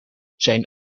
zijn